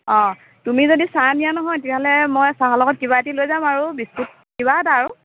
অঁ তুমি যদি চাহ নিয়া নহয় তেতিয়া হ'লে মই চাহৰ লগত কিবা এটি লৈ যাম আৰু বিস্কুট কিবা এটা আৰু